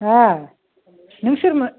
अ नों सोरमोन